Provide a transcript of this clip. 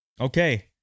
Okay